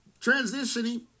Transitioning